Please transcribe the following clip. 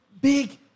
big